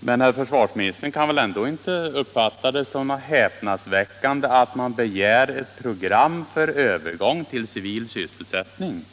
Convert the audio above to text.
Men herr försvarsministern kan väl ändå inte betrakta det som häpnadsväckande att man begär ett program för övergång till civil sysselsättning.